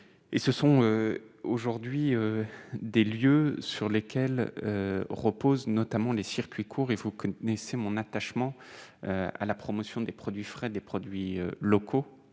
ce sont aujourd'hui des lieux sur lesquels repose notamment les circuits courts, il faut que mais c'est mon attachement à la promotion des produits frais, des produits locaux,